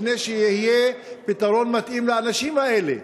לפני שיהיה פתרון מתאים לאנשים האלה.